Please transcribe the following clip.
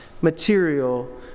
material